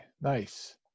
Nice